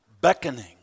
beckoning